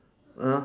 ah